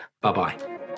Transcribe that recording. Bye-bye